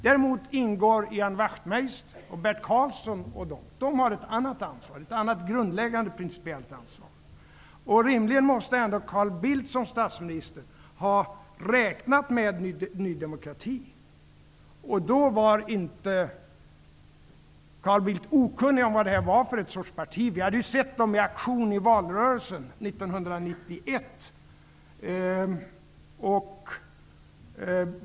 Däremot ingår Ian Wachtmeister och Bert Karlsson. De har ett annat grundläggande principiellt ansvar. Rimligen måste Carl Bildt som statsminister ha räknat med Ny demokrati. Då var inte Carl Bildt okunnig om vad det var för ett sorts parti. Vi hade ju sett dem i aktion i valrörelsen 1991.